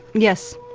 yes,